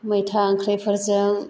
मैथा ओंख्रिफोरजों